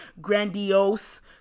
Grandiose